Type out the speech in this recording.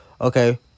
Okay